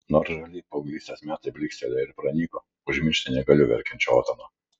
nors žali paauglystės metai blykstelėjo ir pranyko užmiršti negaliu verkiančio otono